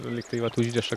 lyg tai vat užriša